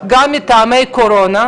גם מטעמי קורונה,